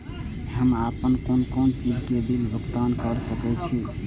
हम आपन कोन कोन चीज के बिल भुगतान कर सके छी?